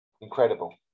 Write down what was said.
Incredible